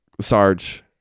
Sarge